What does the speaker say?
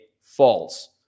false